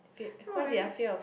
fe~ what is it ah fear of